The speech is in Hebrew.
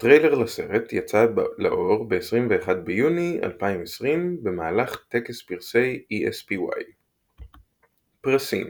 הטריילר לסרט יצא לאור ב-21 ביוני 2020 במהלך טקס פרסי ESPY. פרסים